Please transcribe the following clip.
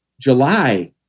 July